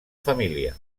família